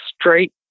straight